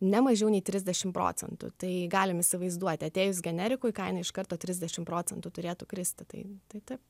ne mažiau nei trisdešim procentų tai galim įsivaizduot atėjus generikui kaina iš karto trisdešim procentų turėtų kristi tai tai taip